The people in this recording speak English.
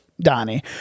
Donnie